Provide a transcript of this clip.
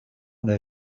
their